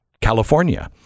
California